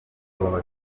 aba